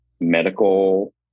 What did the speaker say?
medical